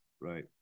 right